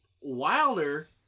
Wilder